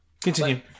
Continue